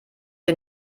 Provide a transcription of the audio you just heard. der